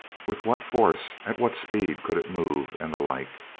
with what force? at what speed could it move? and the like.